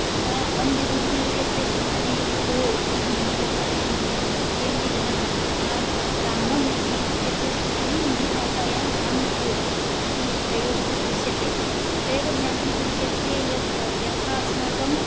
यथा अं विभक्ति इत्यस्य स्थाने को इति हिन्दीभाषायां कथयन्ति जनाः यथा रामम् इति इत्यस्य स्थाने हिन्दीभाषायां राम् को इति प्रयोगः दृश्यते अत एव ज्ञातुं शक्यते यत् यथा अस्माकं